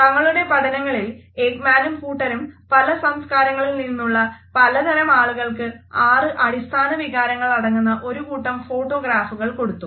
തങ്ങളുടെ പഠനങ്ങളിൽ എക്മാനും കൂട്ടരും പല സംസ്കാരങ്ങളിൽ നിന്നുള്ള പല തരം ആളുകൾക്ക് ആറ് അടിസ്ഥാന വികാരങ്ങൾ അടങ്ങുന്ന ഒരു കൂട്ടം ഫോട്ടോഗ്രാഫുകൾ കൊടുത്തു